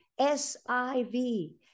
SIV